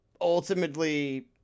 ultimately